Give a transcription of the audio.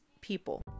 people